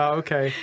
okay